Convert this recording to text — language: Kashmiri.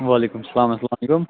وعلیکُم السلام السلام علیکُم